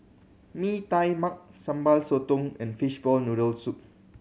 Mee Tai Mak Sambal Sotong and fishball noodle soup